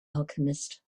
alchemist